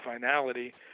finality